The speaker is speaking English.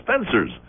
Spencers